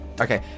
Okay